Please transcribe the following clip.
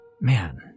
Man